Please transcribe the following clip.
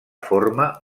forma